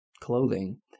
clothing